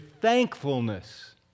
thankfulness